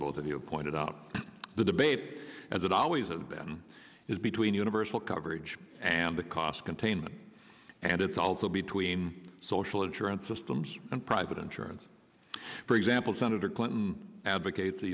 both of you pointed out the debate as it always has been is between universal coverage and the cost containment and it's also between social insurance systems and private insurance for example senator clinton advocates a